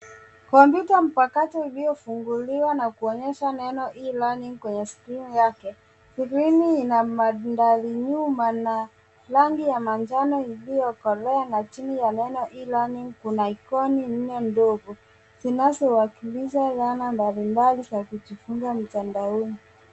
Kompyuta mpakato iliyofunguliwa na kuonyesha neno e-learning kwenye skrini yake. Skrini ina mandhari nyuma na rangi ya manjano iliyokolea na chini ya neno e-learning kuna ikoni nne ndogo zinazowakilisha dhana mbalimbali za kujifunza mtandaoni.